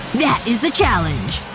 that is the challenge